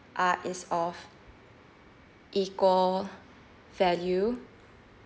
art is of equal value